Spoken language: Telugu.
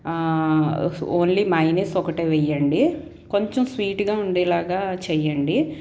ఓ ఓన్లీ మైయోనీస్ ఒకటే వెయ్యండి కొంచెం స్వీట్గా ఉండేలాగా చెయ్యండి